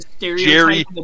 Jerry